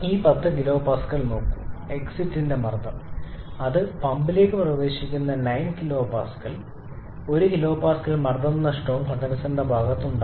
ഈ 10 kPa നോക്കൂ condenser എക്സിറ്റിന്റെ മർദ്ദം അത് പമ്പിലേക്ക് പ്രവേശിക്കുന്നു 9 kPa 1 kPa മർദ്ദന നഷ്ടവും കണ്ടൻസർ ഭാഗത്ത് ഉണ്ട്